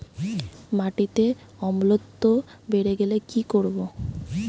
মাটিতে অম্লত্ব বেড়েগেলে কি করব?